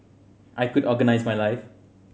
I could organise my life